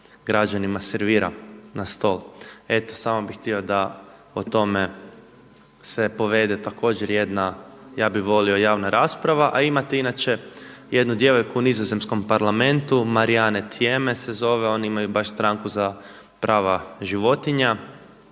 građanima servira na stol. Eto samo bi htio da o tome se povede također jedna ja bih volio javna rasprava, a imate inače jednu djevojku u Nizozemskom parlamentu Marianne Thieme se zove oni imaju baš stranku za prava životinja.